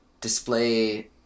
display